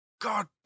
God